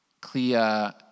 clear